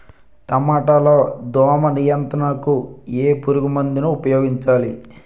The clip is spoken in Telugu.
టమాటా లో దోమ నియంత్రణకు ఏ పురుగుమందును ఉపయోగించాలి?